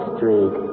Street